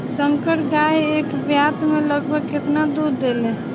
संकर गाय एक ब्यात में लगभग केतना दूध देले?